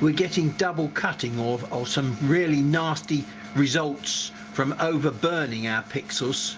we're getting double cutting off or some really nasty results from over burning our pixels,